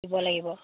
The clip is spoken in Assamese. দিব লাগিব